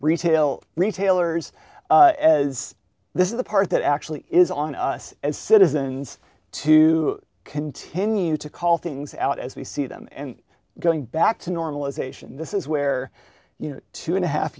retail retailers as this is the part that actually is on us as citizens to continue to call things out as we see them and going back to normal ization this is where you know two and a half